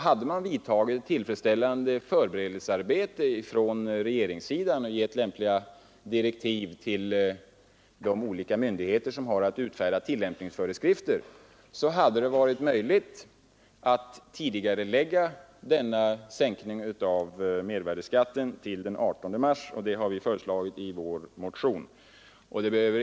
Hade man gjort ett tillfredsställande förberedelsearbete från regeringssidan och gett lämpliga direktiv till de olika myndigheter som har att utfärda tillämpningsföreskrifter skulle det ha varit möjligt att tidigarelägga denna sänkning av mervärdeskatten till den 18 mars. Det har vi föreslagit i vår reservation.